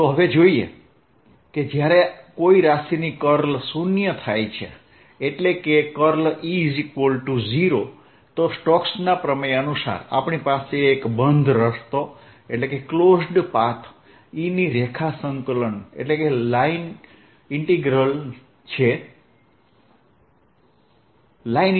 તો હવે જોઈએ કે જ્યારે કોઈ રાશિની curl શૂન્ય થાય છે એટલે કે E0 તો સ્ટોકસના પ્રમેય અનુસાર આપણી પાસે એક બંધ રસ્તો e ની રેખા સંકલન છે E